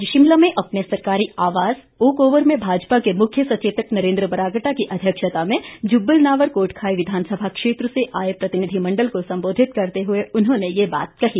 आज शिमला में अपने सरकारी आवास ओक ओवर में भाजपा के मुख्य सचेतक नरेंद्र बरागटा की अध्यक्षता में जुब्बल नावर कोटखाई विधानसभा क्षेत्र से आए प्रतिनिधिमंडल को संबोधित करते हुए उन्होंने यह बात कही